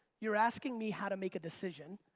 you're asking me how to make a decision,